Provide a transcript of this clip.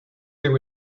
there